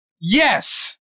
yes